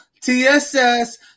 TSS